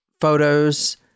photos